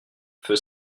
feu